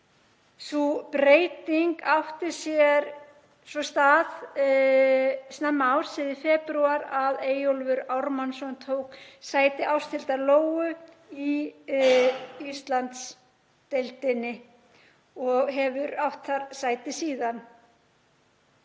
Sú breyting átti sér stað snemma árs eða í febrúar að Eyjólfur Ármannsson tók sæti Ásthildar Lóu í Íslandsdeildinni og hefur átt þar sæti síðan.